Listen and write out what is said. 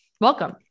Welcome